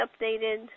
updated